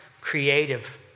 creative